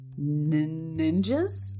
ninjas